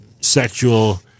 sexual